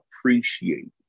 appreciate